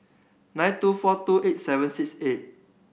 nine two four two eight seven six eight